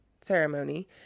ceremony